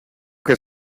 que